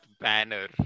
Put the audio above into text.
banner